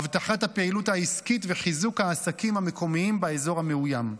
להבטחת הפעילות העסקית וחיזוק העסקים המקומיים באזור המאוים.